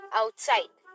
outside